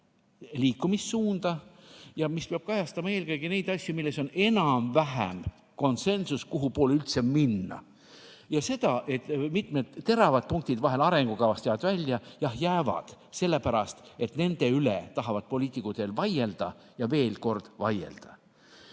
liikumissuunda, mis peab kajastama eelkõige neid asju, milles on enam-vähem konsensus, kuhupoole üldse minna. Selle kohta, et mitmed teravad punktid vahel arengukavast jäävad välja, ütlen, et jah jäävad, sellepärast et nende üle tahavad poliitikud veel vaielda ja veel kord vaielda.